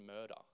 murder